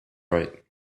right